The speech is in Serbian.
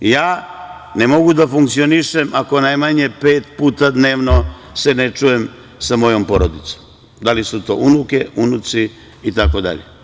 Ja ne mogu da funkcionišem ako najmanje pet puta dnevno se ne čujem sa mojom porodicom, da li su to unuke, unuci itd.